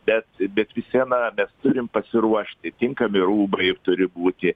bet bet vis sieną mes turim pasiruošti tinkami rūbai turi būti